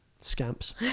scamps